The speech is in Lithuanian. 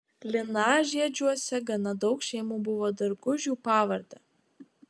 linažiedžiuose gana daug šeimų buvo dargužių pavarde